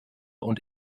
und